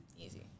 Easy